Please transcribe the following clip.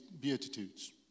Beatitudes